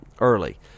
early